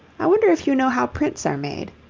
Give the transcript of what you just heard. i wonder if you know how prints are made?